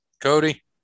Cody